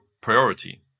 priority